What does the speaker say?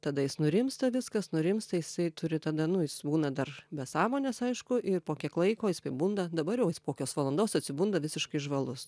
tada jis nurimsta viskas nurimsta jisai turi tada nu jis būna dar be sąmonės aišku ir po kiek laiko jis pibunda dabar jau jis po kios valandos atsibunda visiškai žvalus